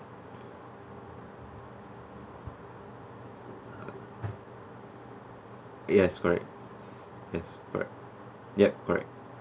yes correct yes correct yep correct